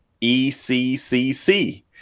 ECCC